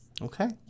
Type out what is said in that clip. Okay